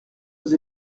vous